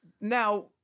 Now